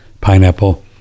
pineapple